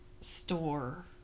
store